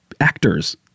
actors